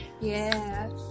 Yes